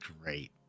great